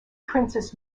princess